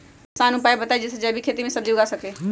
कोई आसान उपाय बताइ जे से जैविक खेती में सब्जी उगा सकीं?